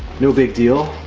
no big deal.